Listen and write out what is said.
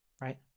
right